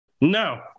No